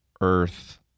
earth